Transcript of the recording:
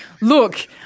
Look